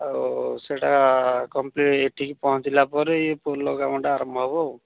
ଆଉ ସେଇଟା କମ୍ପ୍ଲିଟ୍ ଏଠିକି ପହଞ୍ଚିଲା ପରେ ପୋଲ କାମଟା ଆରମ୍ଭ ହେବ ଆଉ